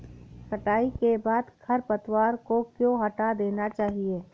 कटाई के बाद खरपतवार को क्यो हटा देना चाहिए?